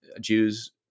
Jews